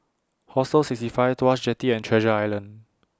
Hostel sixty five Tuas Jetty and Treasure Island